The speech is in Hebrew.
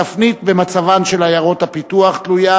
התפנית במצבן של עיירות הפיתוח תלויה